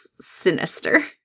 sinister